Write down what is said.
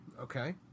Okay